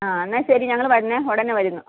ആ എന്നാൽ ശരി ഞങ്ങൾ വരുന്നു ഉടനെ വരുന്നു